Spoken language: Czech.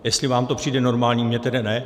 Jestli vám to přijde normální, mně tedy ne.